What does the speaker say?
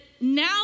now